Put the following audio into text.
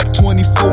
24